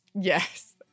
Yes